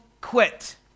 quit